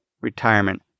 retirement